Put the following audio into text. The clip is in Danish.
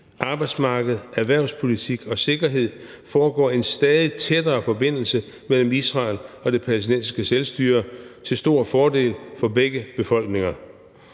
arbejdsmarked, erhvervspolitik og sikkerhed foregår en stadig tættere forbindelse mellem Israel og Det Palæstinensiske Selvstyre - til stor fordel for de to befolkninger.